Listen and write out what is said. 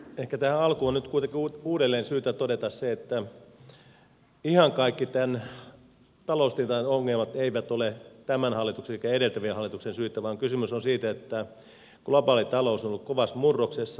ehkä tähän alkuun nyt on kuitenkin uudelleen syytä todeta se että ihan kaikki tämän taloustilanteen ongelmat eivät ole tämän hallituksen eikä edeltävien hallitusten syytä vaan kysymys on siitä että globaali talous on ollut kovassa murroksessa